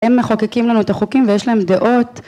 הם מחוקקים לנו את החוקים ויש להם דעות